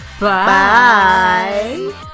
bye